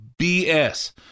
BS